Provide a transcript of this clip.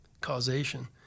causation